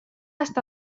està